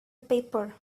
paper